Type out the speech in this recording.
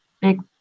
big